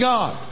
God